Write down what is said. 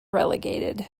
relegated